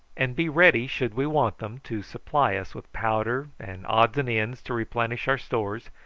and be ready, should we want them, to supply us with powder and odds and ends to replenish our stores,